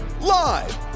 live